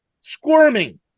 squirming